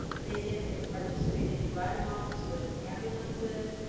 they get to participate, they do ride alongs with ambulances,